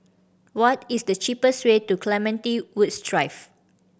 what is the cheapest way to Clementi Woods Drive